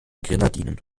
grenadinen